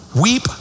weep